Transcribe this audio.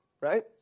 right